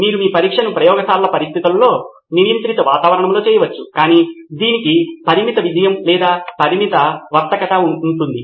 మీరు మీ పరీక్షను ప్రయోగశాల పరిస్థితులలో నియంత్రిత వాతావరణంలో చేయవచ్చు కానీ దీనికి పరిమిత విజయం లేదా పరిమిత వర్తకత ఉంది